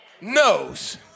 knows